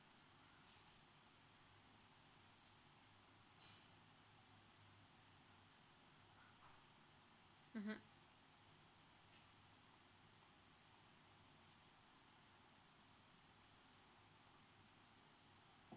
mmhmm